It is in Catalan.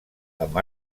amb